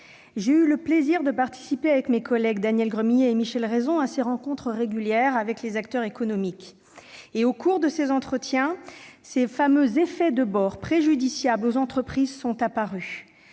J'ai eu le plaisir de participer, avec mes collègues Daniel Gremillet et Michel Raison, à ces rencontres régulières avec les acteurs économiques. Au cours de ces entretiens, ces fameux « effets de bord » préjudiciables aux entreprises sont apparus.